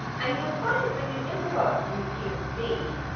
and you'll find when you improvise in the key of d,